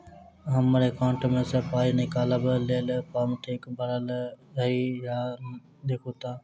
हम्मर एकाउंट मे सऽ पाई निकालबाक लेल फार्म ठीक भरल येई सँ देखू तऽ?